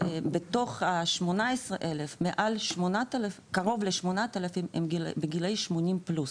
בתוך ה-18,000 קרוב ל-8,000 הם בגילאי שמונים פלוס,